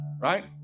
right